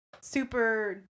super